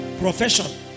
profession